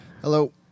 Hello